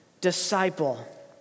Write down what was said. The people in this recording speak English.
disciple